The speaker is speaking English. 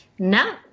No